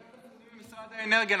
נתונים ממשרד האנרגיה.